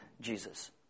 Jesus